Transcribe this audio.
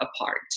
apart